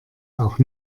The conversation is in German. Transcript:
auch